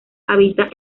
habita